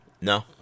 No